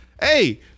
Hey